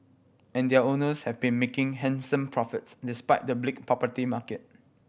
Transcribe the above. and their owners have been making handsome profits despite the bleak property market